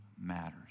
matters